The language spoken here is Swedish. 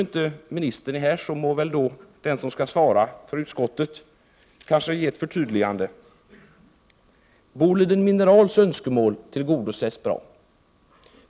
Eftersom ministern inte är här må väl den som har att svara för utskottet lämna ett klarläggande besked. Boliden Minerals önskemål tillgodoses bra.